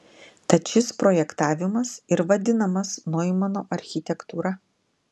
tad šis projektavimas ir vadinamas noimano architektūra